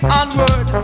onward